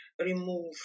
remove